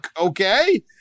Okay